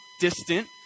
distant